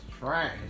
trash